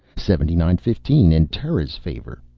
seventy nine fifteen in terra's favor.